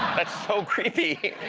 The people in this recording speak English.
that's so creepy.